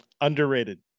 underrated